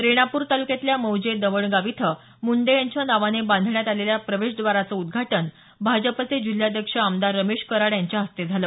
रेणापूर तालुक्यातल्या मौजे दवणगाव इथं मुंडे यांच्या नावाने बांधण्यात आलेल्या प्रवेशद्वाराचं उदघाटन भाजपाचे जिल्हाध्यक्ष आमदार रमेश कराड यांच्या हस्ते झालं